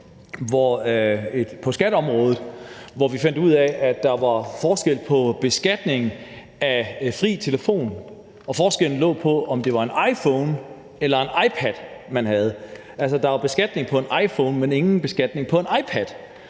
på skatteområdet, hvor vi fandt ud af, at der var forskel på beskatningen af fri telefon, og forskellen lå i, om det var en iPhone eller en iPad, man havde. Altså, der var beskatning på en iPhone, men ingen beskatning på en iPad.